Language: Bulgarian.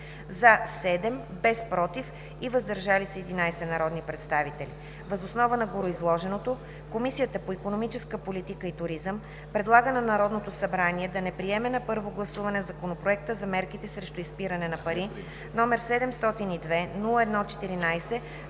– 7, без „против“ и „въздържали се“ – 11 народни представители. Въз основа на гореизложеното Комисията по икономическа политика и туризъм предлага на Народното събрание да не приеме на първо гласуване Законопроект за мерките срещу изпирането на пари, № 702-01-14,